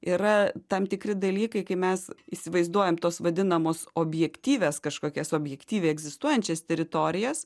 yra tam tikri dalykai kai mes įsivaizduojam tuos vadinamus objektyvias kažkokias objektyviai egzistuojančias teritorijas